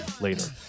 later